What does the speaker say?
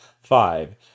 Five